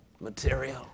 material